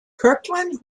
kirkland